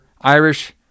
Irish